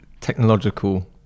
technological